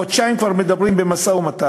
חודשיים כבר, מדברים במשא-ומתן,